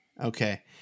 okay